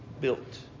built